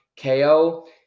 KO